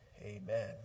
Amen